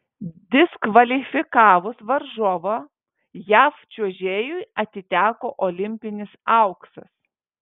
diskvalifikavus varžovą jav čiuožėjui atiteko olimpinis auksas